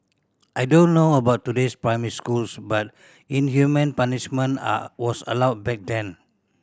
I don't know about today's primary schools but inhumane punishment are was allowed back then